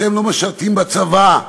אתם לא משרתים בצבא,